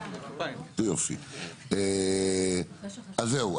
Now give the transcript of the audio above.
אז זהו,